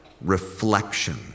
reflection